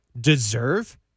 Deserve